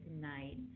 tonight